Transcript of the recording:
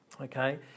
Okay